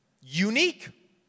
unique